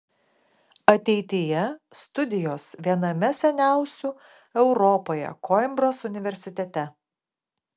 ateityje studijos viename seniausių europoje koimbros universitete